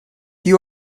you